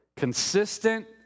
consistent